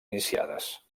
iniciades